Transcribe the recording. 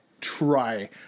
try